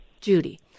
Judy